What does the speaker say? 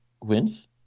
wins